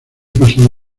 pasada